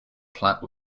plat